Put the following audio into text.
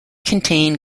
contain